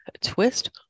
twist